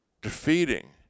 defeating